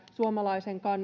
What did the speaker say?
suomalaisen